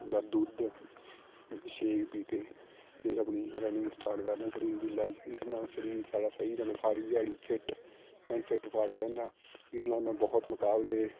ਜਾਂ ਦੁੱਧ ਸ਼ੇਕ ਪੀ ਕੇ ਫਿਰ ਆਪਣੀ ਰਨਿੰਗ ਸਟਾਰਟ ਕਰਦਾ ਸਰੀਰ ਦੀ ਇਸ ਨਾਲ ਸਰੀਰ ਸਾਡਾ ਸਹੀ ਰਹਿੰਦਾ ਸਾਰੀ ਦਿਹਾੜੀ ਫਿਟ ਐਂਡ ਫਿਟ ਫਾਟ ਰਹਿੰਦਾ ਜਿਹਦੇ ਨਾਲ ਮੈਂ ਬਹੁਤ ਮੁਕਾਬਲੇ